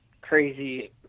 crazy